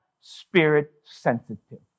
Spirit-sensitive